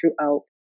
throughout